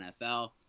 nfl